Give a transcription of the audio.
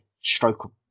stroke